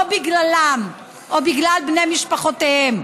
לא בגללם או בגלל בני משפחותיהם,